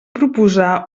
proposar